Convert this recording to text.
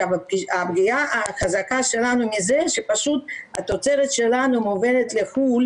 הפגיעה החזקה שלנו הייתה שהתוצרת שלנו מובלת לחו"ל